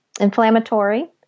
inflammatory